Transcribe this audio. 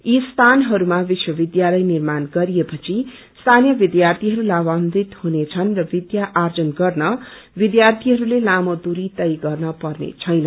यी स्थानहरूमा विश्वविद्यालय निर्माण गरिए स्थानीय विद्यार्थीहरू ताभान्वित हुनेछन् र विद्या आर्जन गर्न विद्यार्थीहरूले तामो दुरी तय गर्न पर्ने छैन